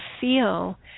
feel